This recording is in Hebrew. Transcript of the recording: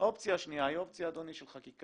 האופציה השנייה היא האופציה של חקיקה.